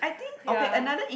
ya